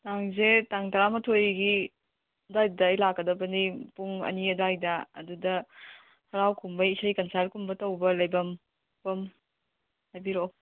ꯇꯥꯡꯁꯦ ꯇꯥꯡ ꯇꯥꯔꯥ ꯃꯥꯊꯣꯏꯒꯤ ꯑꯗꯥꯏꯗꯨꯗ ꯑꯩ ꯂꯥꯛꯀꯗꯕꯅꯦ ꯄꯨꯡ ꯑꯅꯤ ꯑꯗꯥꯏꯗ ꯑꯗꯨꯗ ꯍꯔꯥꯎ ꯀꯨꯝꯍꯩ ꯏꯁꯩ ꯀꯟꯁ꯭ꯔꯠ ꯀꯨꯝꯕ ꯇꯧꯕ ꯂꯩꯕꯝ ꯈꯣꯠꯐꯝ ꯍꯥꯏꯕꯤꯔꯛꯑꯣ